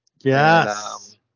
Yes